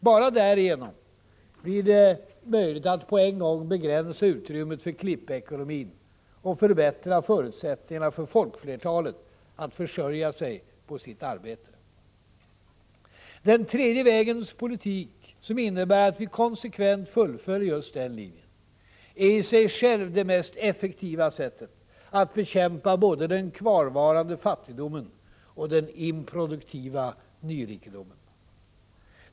Bara därigenom blir det möjligt att på en gång begränsa utrymmet för ”klippekonomin” och förbättra förutsättningarna för folkflertalet att försörja sig på sitt arbete. Den tredje vägens politik, som innebär att vi konsekvent fullföljer just denna linje, är i sig själv det mest effektiva sättet att bekämpa både den kvarvarande fattigdomen och den improduktiva nyrikedomen.